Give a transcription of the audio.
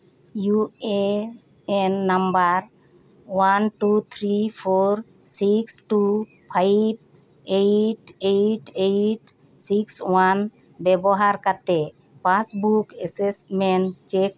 U A N number one two three four six two five eight eight eight six one ᱵᱮᱵᱚᱦᱟᱨ ᱠᱟᱛᱮᱜ passbook assessment check